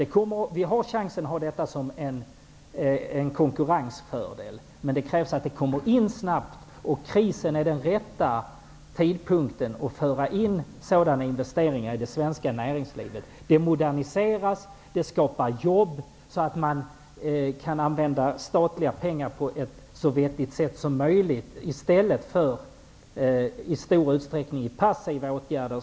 Vi har chansen att i dessa hänseenden få en konkurrensfördel, men det krävs snabba insatser för detta. Den nuvarande krisen är den rätta tidpunkten för sådana investeringar i det svenska näringslivet. Sådana åtgärder moderniserar och skapar jobb. Härigenom kan statliga medel användas på ett så vettigt sätt som möjligt i stället för till i stor utsträckning passiva åtgärder.